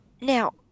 now